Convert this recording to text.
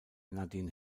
nadine